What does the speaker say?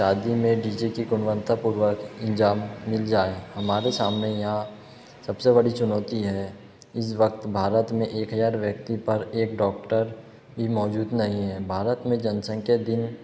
शादी में D J की गुणवत्तापूर्वक इंतजाम मिल जाए हमारे सामने यहाँ सबसे बड़ी चुनौती है इस वक्त भारत में एक हजार व्यक्ति पर एक डौक्टर भी मौजूद नहीं है भारत में जनसंख्या दिन